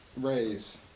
raise